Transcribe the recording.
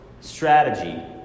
Strategy